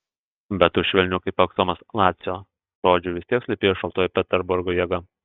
bet už švelnių kaip aksomas lacio žodžių vis tiek slypėjo šaltoji peterburgo jėga